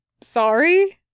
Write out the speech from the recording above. sorry